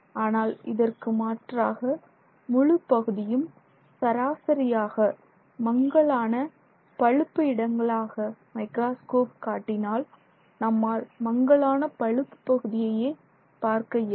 ஆனால் இதற்கு மாற்றாக முழு பகுதியும் சராசரியாக மங்கலான பழுப்பு இடங்களாக மைக்ராஸ்கோப் காட்டினால் நம்மால் மங்கலான பழுப்பு பகுதியையே பார்க்க இயலும்